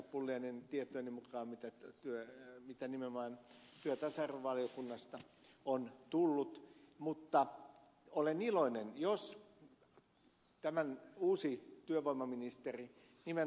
pulliainen tietojeni mukaan mitä nimenomaan työelämä ja tasa arvovaliokunnasta on tullut mutta olen iloinen jos tähän uusi työvoimaministeri nimen